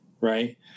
right